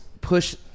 push